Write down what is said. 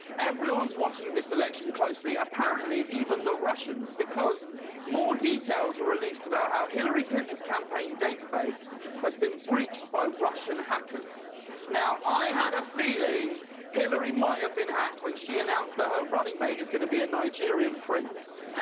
every one is watching this election closely. apparently even the russians because more details were released about how hillary clinton's campaign database has been breached by russian hackers am now i had a feeling hillary might have been hacked when she announced that her running mate is going to be a nigerian prince.